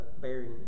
bearing